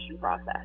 process